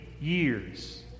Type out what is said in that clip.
years